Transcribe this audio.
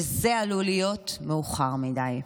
וזה עלול להיות מאוחר מדי.